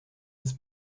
his